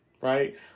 right